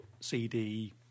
CD